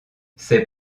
ses